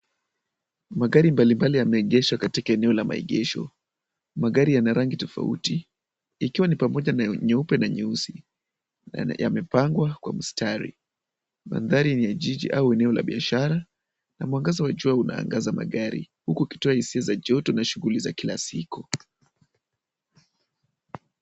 Magari mbalimbali yameegeshwa katika eneo la maegesho. Magari ina rangi tofauti ikiwa ni pamoja na nyeupe na nyeusi na yamepangwa kwa mstari. Mandhari ni ya jiji au eneo la biashara na mwangaza wa jua unaangaza magari huku ukitoa hisia za joto na shughuli za kila siku.